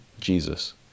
Jesus